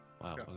Wow